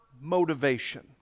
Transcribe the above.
motivation